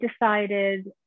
decided